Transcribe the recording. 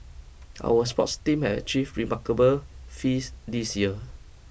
our sports team have achieve remarkable fees this year